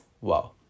wow